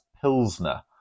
pilsner